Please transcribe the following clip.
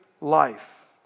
life